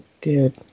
Dude